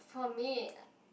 for me